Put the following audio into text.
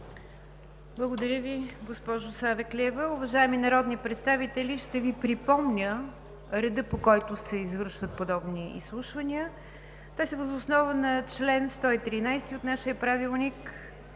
Благодаря Ви, госпожо Савеклиева. Уважаеми народни представители, ще Ви припомня реда, по който се извършват подобни изслушвания. Те са въз основа на чл. 113 от нашия правилник: